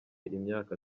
imyaka